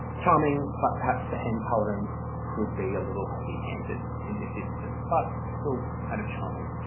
charming but perhaps the hand-colouring could be a little heavy-handed in this instance but still kind of charming,